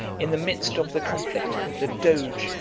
in the midst of the conflict, the doge,